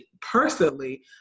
personally